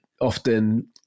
often